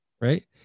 right